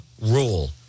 rule